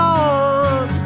on